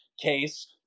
case